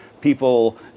people